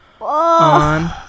on